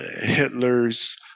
Hitler's